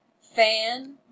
fan